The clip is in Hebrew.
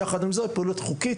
יחד עם זאת הפעילות חוקית,